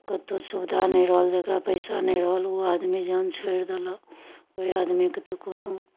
कतहु सुविधा नहि रहल जकरा पैसा नहि रहल ओ आदमी जान छोड़ि देलक ओहि आदमीके तऽ कोनो